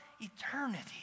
eternity